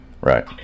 Right